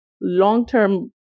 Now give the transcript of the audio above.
long-term